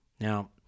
now